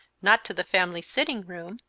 not to the family sitting-room,